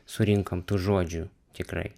surinkom tų žodžių tikrai